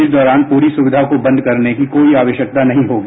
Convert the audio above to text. इस दौरान पूरी सुविधा को बंद करने की कोई आवश्यकता नहीं होगी